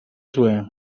zły